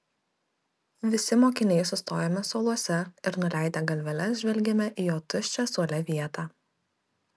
visi mokiniai sustojome suoluose ir nuleidę galveles žvelgėme į jo tuščią suole vietą